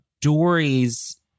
Dory's